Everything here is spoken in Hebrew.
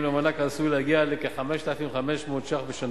למענק העשוי להגיע לכ-5,500 שקלים בשנה.